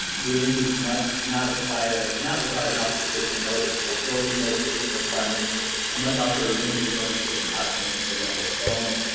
lead agencies must not require not require an office visit in order to fulfill these notification requirements and must offer a range of notification options for example, phone,